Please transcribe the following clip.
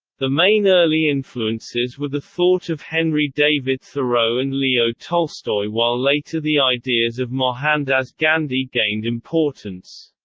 the main early influences were the thought of henry david thoreau and leo tolstoy while later the ideas of mohandas gandhi gained importance.